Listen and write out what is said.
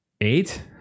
Eight